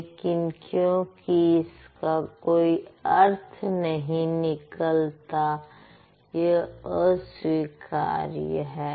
लेकिन क्योंकि इसका कोई अर्थ नहीं निकलता यह अस्वीकार्य है